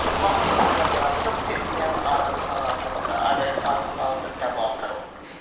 تِم باقی اخرجات تِم تہِ مِلن آرام سان مطلب اگر أسۍ آرام سان سُہ ڈٮ۪ولپ کَرو